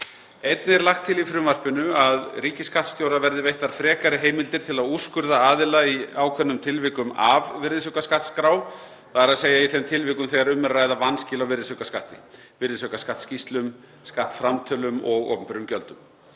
Einnig er lagt til í frumvarpinu að ríkisskattstjóra verði veittar frekari heimildir til að úrskurða aðila í ákveðnum tilvikum af virðisaukaskattsskrá, þ.e. í þeim tilvikum þegar um er að ræða vanskil á virðisaukaskatti, virðisaukaskattsskýrslum, skattframtölum og opinberum gjöldum.